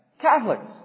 Catholics